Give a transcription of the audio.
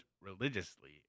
religiously